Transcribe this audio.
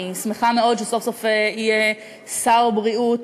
אני שמחה מאוד שסוף-סוף יהיה שר בריאות,